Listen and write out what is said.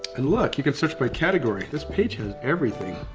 and look you can search by category. this page has everything.